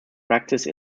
practise